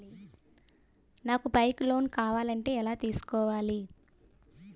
నాకు bike loan కావాలంటే ఎలా తీసుకోవాలి?